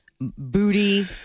booty